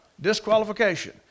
Disqualification